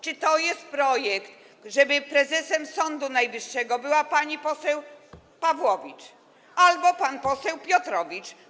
Czy to jest projekt, żeby prezesem Sądu Najwyższego była pani poseł Pawłowicz albo był nim pan poseł Piotrowicz?